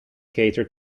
cater